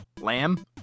lamb